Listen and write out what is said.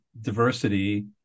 diversity